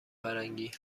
فرنگی